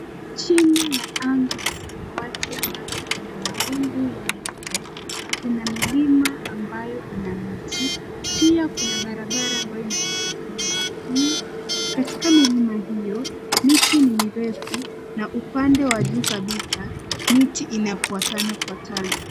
Chini ya anga ya samawati ambayo ina mawingu ya nyeupe, kuna milima ambayo ina miti. Pia kuna barabara ambayo inapita katika milima hii. Katika milima hiyo, miti mirefu na upande wa juu kabisa, mti inafuatana fuatana.